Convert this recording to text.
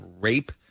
rape